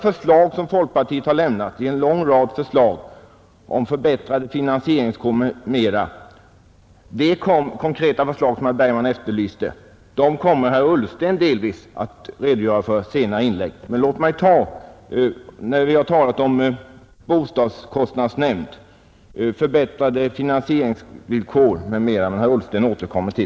Folkpartiet har presenterat en lång rad förslag om bostadskostnadsnämnd, förbättrade finanseringsvillkor m.m. — alltså just sådana konkreta förslag som herr Bergman efterlyste — och de frågorna kommer herr Ullsten i ett senare inlägg att återkomma till och redogöra för.